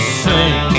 sing